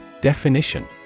Definition